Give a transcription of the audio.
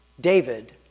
David